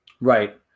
Right